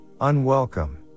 unwelcome